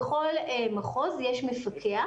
בכל מחוז יש מפקח,